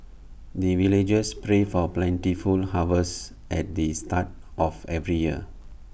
the villagers pray for plentiful harvest at the start of every year